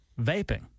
vaping